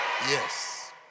Yes